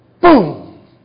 boom